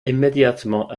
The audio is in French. immédiatement